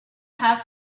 have